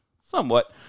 Somewhat